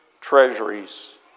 treasuries